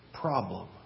problem